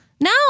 No